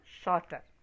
shorter